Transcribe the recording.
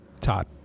Todd